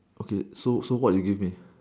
okay so so what you give me